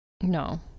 No